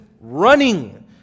running